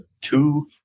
two